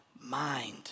mind